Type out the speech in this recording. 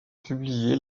publié